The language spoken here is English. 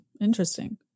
Interesting